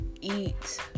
eat